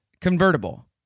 convertible